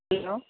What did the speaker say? hello